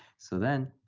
so then,